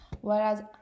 Whereas